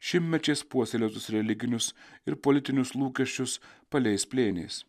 šimtmečiais puoselėtus religinius ir politinius lūkesčius paleis plėniais